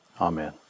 amen